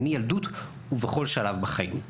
מילדות ובכל שלב בחיים.